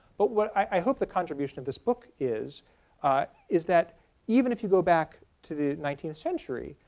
but what i hope the contribution of this book is is that even if you go back to the nineteenth century,